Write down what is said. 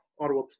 Ottawa